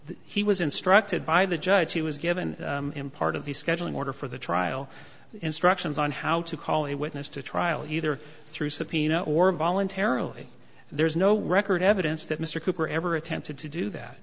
he was instructed by the judge he was given him part of the scheduling order for the trial instructions on how to call a witness to trial either through subpoena or voluntarily there's no record evidence that mr cooper ever attempted to do that